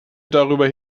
darüber